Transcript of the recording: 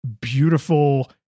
beautiful